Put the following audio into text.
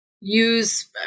use